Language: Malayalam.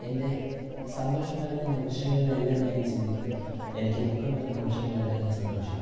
എൻ്റെ സന്തോഷം നൽകുന്ന നിമിഷങ്ങളിലെല്ലാം ഞാനിത് ചിന്തിക്കും എനിക്ക് ദുഃഖം വരുന്ന നിമിഷങ്ങളിലെല്ലാം ഞാൻ സന്തോഷിക്കും